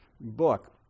book